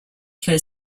per